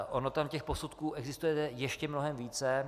Ono těch posudků existuje ještě mnohem více.